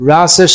Rasa